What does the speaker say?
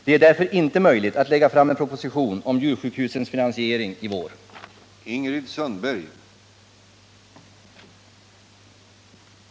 Det är därför inte Tisdagen den möjligt att lägga fram en proposition om djursjukhusens finansiering i 6 mars 1979 vår.